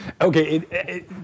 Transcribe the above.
Okay